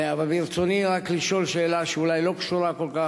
ברצוני רק לשאול שאלה שאולי לא קשורה כל כך,